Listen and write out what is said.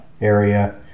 area